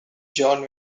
john